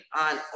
on